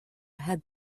had